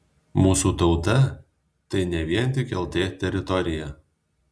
mūsų tauta tai ne vien tik lt teritorija